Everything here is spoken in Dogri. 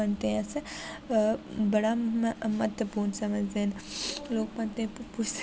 पंतै ई अस अ बड़ा म्हत्वपुर्ण समझदे न लोक पंते गी पूजदे बी